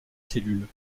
cellules